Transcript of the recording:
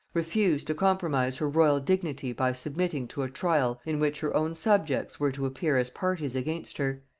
refused to compromise her royal dignity by submitting to a trial in which her own subjects were to appear as parties against her,